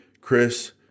Chris